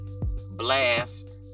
blast